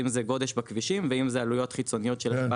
אם זה גודש בכבישים ואם זה עלויות חיצוניות של השפעה